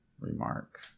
remark